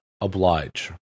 oblige